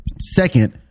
Second